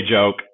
joke